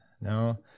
no